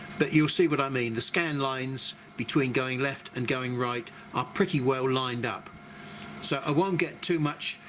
but you'll see what i mean the scan lines between going left and going right are pretty well lined up so i won't get too much,